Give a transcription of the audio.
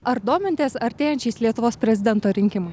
ar domitės artėjančiais lietuvos prezidento rinkimais